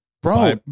Bro